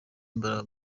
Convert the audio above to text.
imbaraga